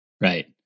Right